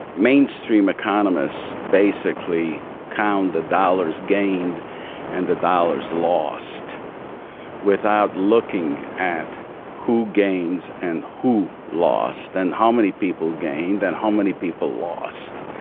mainstream economists basically count the dollars gained and the dollars lost without looking at who gains and who lost and how many people gained and how many people lost.